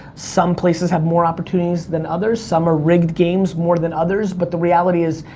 some places have more opportunities than others, some are rigged games more than others, but the reality is,